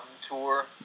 tour